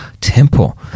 temple